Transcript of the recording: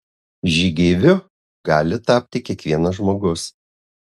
žygeiviu gali tapti kiekvienas žmogus